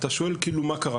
אתה שואל כאילו מה קרה.